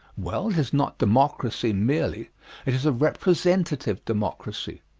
well, it is not democracy merely it is a representative democracy.